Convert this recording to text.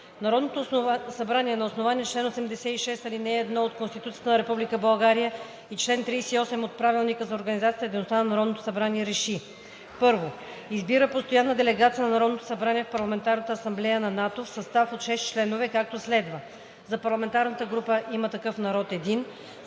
Народното събрание на основание чл. 86, ал. 1 от Конституцията на Република България и чл. 38 от Правилника за организацията и дейността на Народното събрание РЕШИ: 1. Избира постоянна делегация на Народното събрание в Парламентарната асамблея по франкофония в състав от 4 членове, както следва: - за парламентарната група на „Има такъв народ“ – един;